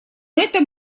это